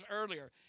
earlier